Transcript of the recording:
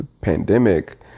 pandemic